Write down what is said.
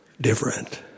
different